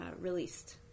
released